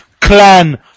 clan